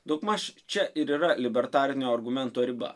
daugmaž čia ir yra libertarinio argumento riba